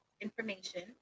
information